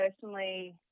personally